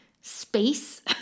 space